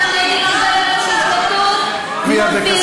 ואנחנו יודעים שהרבה פעמים שוטטות מובילה,